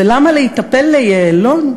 ולמה להיטפל ליעלון,